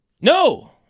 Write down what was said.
No